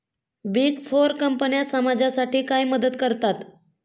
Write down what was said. Big four कंपन्या समाजासाठी काय मदत करतात?